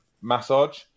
massage